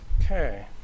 Okay